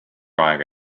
aega